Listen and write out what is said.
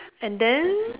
and then